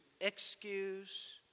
excuse